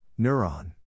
Neuron